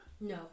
no